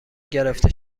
گرفته